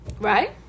Right